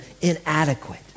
inadequate